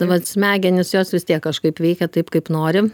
nu vat smegenys jos vis tiek kažkaip veikia taip kaip nori